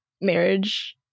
marriage